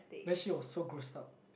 then she was so grossed out